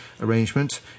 arrangement